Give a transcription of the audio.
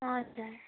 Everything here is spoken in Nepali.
हजुर